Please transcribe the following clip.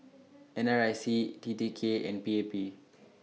N R I C T T K and P A P